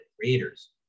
creators